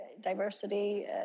diversity